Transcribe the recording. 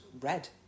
red